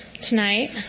tonight